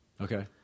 okay